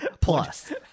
Plus